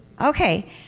Okay